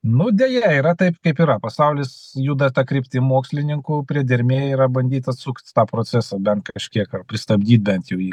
nu deja yra taip kaip yra pasaulis juda ta kryptim mokslininkų priedermė yra bandyt atsukti tą procesą bent kažkiek ar pristabdyt bent jau jį